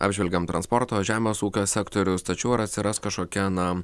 apžvelgėm transporto žemės ūkio sektorius tačiau ar atsiras kažkokia na